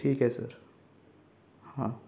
ठीक आहे सर हां